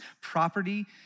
property